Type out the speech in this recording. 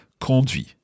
Conduit